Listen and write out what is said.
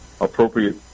appropriate